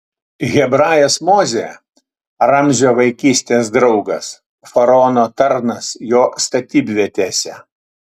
hebrajas mozė ramzio vaikystės draugas faraono tarnas jo statybvietėse